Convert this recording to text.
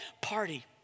party